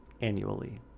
annually